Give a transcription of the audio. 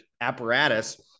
apparatus